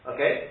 Okay